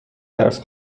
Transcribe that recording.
درس